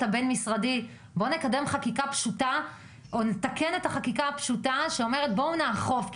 בוא נקדם חקיקה פשוטה או נתקן את החקיקה הפשוטה שאומרת לאכוף.